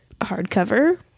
hardcover